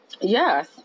Yes